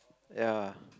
ya